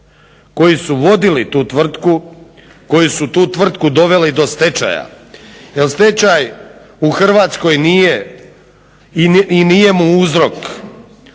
koji su vodili tu tvrtku koji su tu tvrtku doveli do stečaja, jer stečaj u Hrvatskoj nije i nije mu uzrok